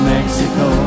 Mexico